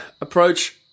approach